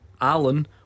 Alan